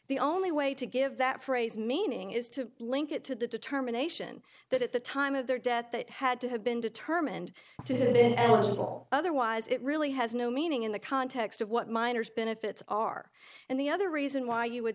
the only way to give that phrase meaning is to link it to the determination that at the time of their death that had to have been determined to and little otherwise it really has no meaning in the context of what minors benefits are and the other reason why you would